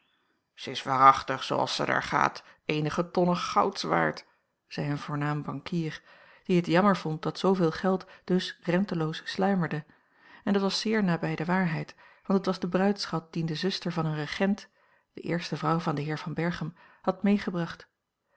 ze is waarachtig zooals ze daar gaat eenige tonnen gouds waard zei een voornaam bankier die het jammer vond dat zooveel geld dus renteloos sluimerde en dat was zeer nabij de waarheid want het was de bruidsschat dien de zuster van een regent de eerste vrouw van den heer van berchem had meegebracht